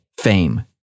Fame